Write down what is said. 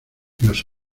los